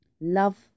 love